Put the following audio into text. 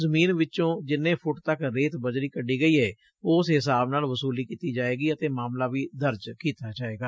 ਜ਼ਮੀਨ ਵਿਚੋਂ ਜਿਨੇ ਫੁੱਟ ਤੱਕ ਰੇਤ ਬੋਜ਼ਰੀ ਕੱਢੀ ਗਈ ਏ ਉਸ ਹਿਸਾਬ ਨਾਲ ਵਸੁਲੀ ਕੀਤੀ ਜਾਵੇਗੀ ਅਤੇ ਮਾਮਲਾ ਵੀ ਦਰਜ ਕੀਤਾ ਜਾਵੇਗਾ